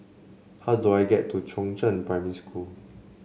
how do I get to Chongzheng Primary School